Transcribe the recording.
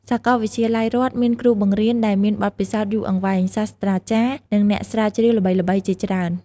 សាកលវិទ្យាល័យរដ្ឋមានគ្រូបង្រៀនដែលមានបទពិសោធន៍យូរអង្វែង សាស្ត្រាចារ្យ និងអ្នកស្រាវជ្រាវល្បីៗជាច្រើន។